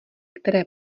které